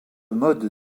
mode